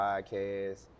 Podcast